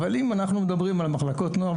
אבל אם אנחנו מדברים על מחלקות נוער,